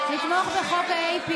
מה עם ההרחבה של